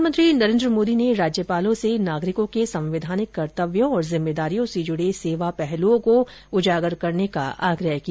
प्रधानमंत्री नरेन्द्र मोदी ने राज्यपालों से नागरिकों के संवैधानिक कर्तव्यों और जिम्मेदारियों से जुड़े सेवा पहलुओं को उजागर करने का आग्रह किया